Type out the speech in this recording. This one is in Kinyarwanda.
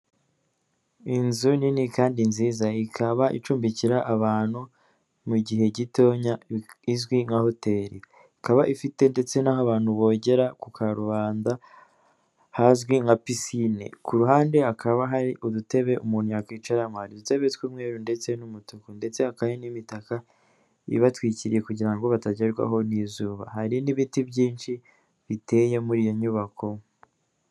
Inzu nini kandi nziza, ikaba icumbikira abantu mu gihe gitonya izwi nka hoteri, ikaba ifite ndetse n'aho abantu bogera ku karubanda hazwi nka pisine, ku ruhande hakaba hari udutebe umuntu yakwicaramo. Hari udutebe tw'umweru ndetse n'umutuku ndetse hakaba hari n'imitaka ibatwikiriye kugira ngo batagerwaho n'izuba. Hari n'ibiti byinshi biteye muri iyo nyubako.